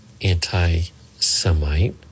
anti-Semite